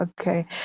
okay